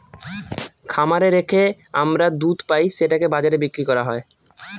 খামারে রেখে আমরা দুধ পাই সেটাকে বাজারে বিক্রি করা হয়